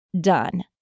done